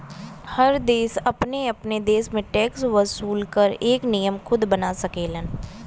हर देश अपने अपने देश में टैक्स वसूल करे क नियम खुद बना सकेलन